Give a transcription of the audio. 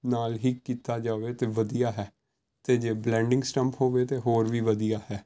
ਨਾਲ ਹੀ ਕੀਤਾ ਜਾਵੇ ਤਾਂ ਵਧੀਆ ਹੈ ਅਤੇ ਜੇ ਬਲੈਂਡਿੰਗ ਸਟੰਪ ਹੋਵੇ ਤਾਂ ਹੋਰ ਵੀ ਵਧੀਆ ਹੈ